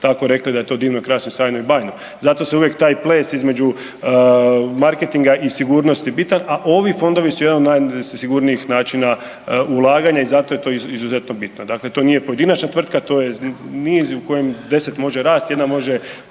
tako rekli da je to divno, krasno, sjajno i bajno. Zato se uvijek taj ples između marketinga i sigurnosti bitan, a ovi fondovi su jedan od najsigurnijih načina ulaganja i zato je to izuzetno bitno. Dakle to nije pojedinačna tvrtka, to je niz u kojem 10 može rasti, jedna može